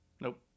Nope